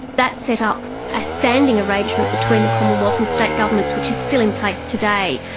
that set up a standing arrangement between the commonwealth and state governments which is still in place today,